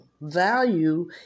value